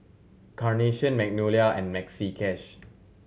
Carnation Magnolia and Maxi Cash